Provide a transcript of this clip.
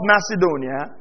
Macedonia